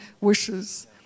wishes